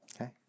Okay